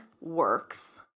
works